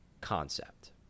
concept